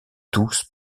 tous